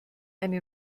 eine